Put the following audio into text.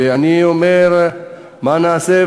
ואני אומר מה נעשה,